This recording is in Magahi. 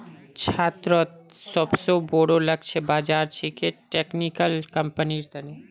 छात्रोंत सोबसे बोरो लक्ष्य बाज़ार छिके टेक्निकल कंपनिर तने